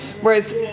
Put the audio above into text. Whereas